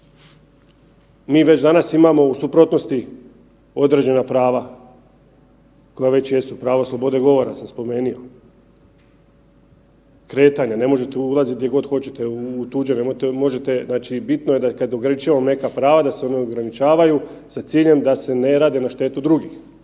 Mi već danas imamo u suprotnosti određena prava koja već jesu, pravo slobode govora sam spomenuo, kretanja, ne možete ulazit gdje god hoćete u tuđe. Znači bitno je kada ograničavamo neka prava da se ona ograničavaju sa ciljem da se ne rade na štetu drugih.